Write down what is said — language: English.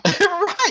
Right